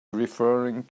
referring